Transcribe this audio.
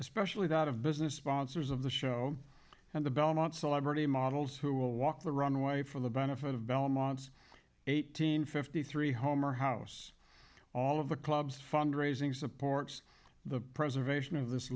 especially the out of business sponsors of the show and the belmont celebrity models who will walk the runway for the benefit of belmont's eight hundred fifty three home or house all of the clubs fund raising supports the preservation of this